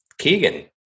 Keegan